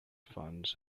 funds